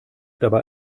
dabei